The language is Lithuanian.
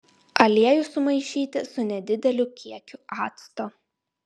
aliejų sumaišyti su nedideliu kiekiu acto